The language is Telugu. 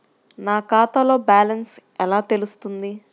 నా ఖాతాలో బ్యాలెన్స్ ఎలా తెలుస్తుంది?